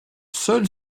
seul